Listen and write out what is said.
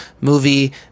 movie